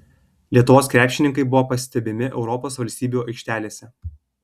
lietuvos krepšininkai buvo pastebimi europos valstybių aikštelėse